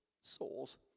souls